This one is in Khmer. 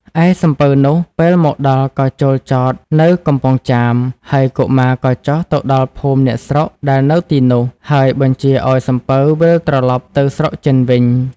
ឯសំពៅនោះ ពេលមកដល់ក៏ចូលចតនៅកំពង់ចាម ហើយកុមារក៏ចុះទៅដល់ភូមិអ្នកស្រុកដែលនៅទីនោះ ហើយបញ្ជាឱ្យសំពៅវិលត្រឡប់ទៅស្រុកចិនវិញ។